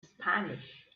spanish